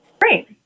great